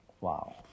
Wow